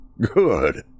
Good